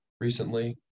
recently